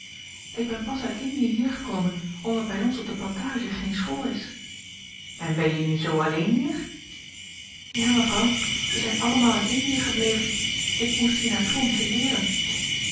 ik ben pas uit indië hier gekomen omdat bij ons op de plantage geen school is en ben je nu zoo alleen hier ja mevrouw ze zijn allemaal in indië gebleven ik moest hier naar toe om te leeren